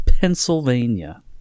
Pennsylvania